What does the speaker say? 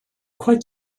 quite